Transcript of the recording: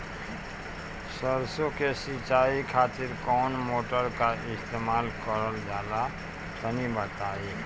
सरसो के सिंचाई खातिर कौन मोटर का इस्तेमाल करल जाला तनि बताई?